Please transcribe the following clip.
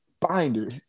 binder